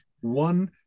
one